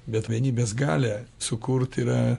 bet vienybės galią sukurt yra